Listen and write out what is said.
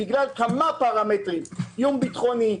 בגלל כמה פרמטרים: איום ביטחוני,